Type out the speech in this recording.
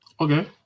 Okay